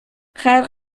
خلق